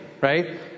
Right